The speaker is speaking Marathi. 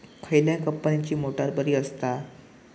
खयल्या कंपनीची मोटार बरी असता?